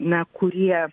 na kurie